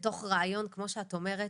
לתוך רעיון, כמו שאת אומרת,